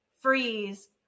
freeze